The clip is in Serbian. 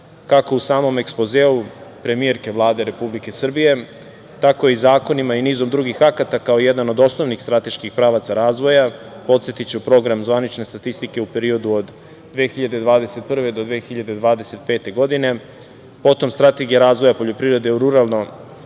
kako u samom ekspozeu premijerke Vlade Republike Srbije, tako i zakonima i nizu drugih akata kao jedan od osnovnih strateških pravaca razvoja. Podsetiću, Program zvanične statistike u periodu od 2021. do 2025. godine, potom Strategija razvoja poljoprivrede ruralnog